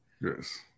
yes